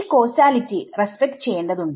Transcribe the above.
ഈ causality respect ചെയ്യേണ്ടതാണ്